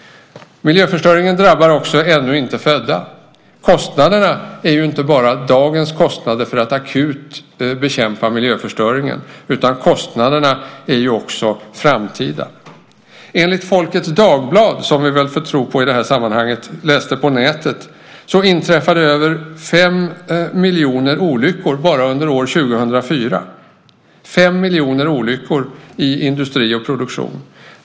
Miljöförstöringen drabbar också ännu inte födda. Kostnaderna är ju inte bara dagens kostnader för att akut bekämpa miljöförstöringen, utan kostnaderna är också kostnader i framtiden. Enligt Folkets Dagblad, som vi väl får tro på i det här sammanhanget, som jag läste på nätet, inträffade över fem miljoner olyckor bara under år 2004. Det var fem miljoner olyckor i industri och produktion.